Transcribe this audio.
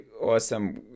awesome